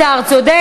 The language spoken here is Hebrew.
השר צודק.